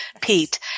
Pete